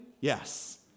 Yes